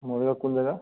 মৰিগাঁওৰ কোন জেগা